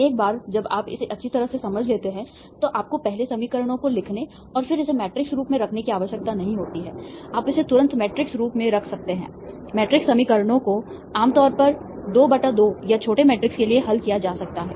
एक बार जब आप इसे अच्छी तरह से समझ लेते हैं तो आपको पहले समीकरणों को लिखने और फिर इसे मैट्रिक्स रूप में रखने की आवश्यकता नहीं होती है आप इसे तुरंत मैट्रिक्स रूप में रख सकते हैं मैट्रिक्स समीकरणों को आमतौर पर 22 या छोटे मैट्रिक्स के लिए हल किया जा सकता है